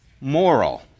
moral